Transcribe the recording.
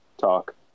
talk